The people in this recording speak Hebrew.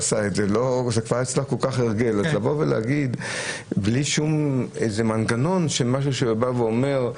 לומר בלי שום מנגנון של משהו שאומר: